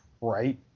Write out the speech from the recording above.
Right